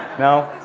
no?